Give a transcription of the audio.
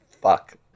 fuck